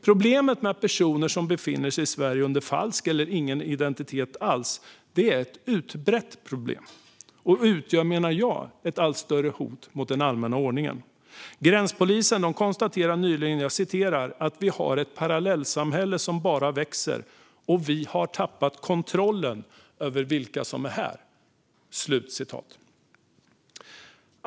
Problemet med personer som befinner sig i Sverige under falsk eller ingen identitet är utbrett och utgör, menar jag, ett allt större hot mot den allmänna ordningen. Gränspolisen konstaterade nyligen: "Vi har ett parallellsamhälle som bara växer och vi har tappat kontrollen över vilka som är här."